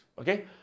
okay